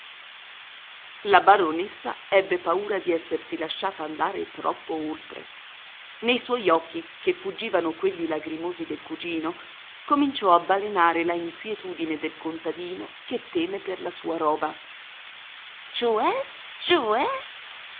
la baronessa ebbe paura di essersi lasciata andare troppo oltre nei suoi occhi che fuggivano quelli lagrimosi del cugino cominciò a balenare la inquietudine del contadino che teme per la sua roba cioè cioè